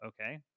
okay